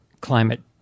climate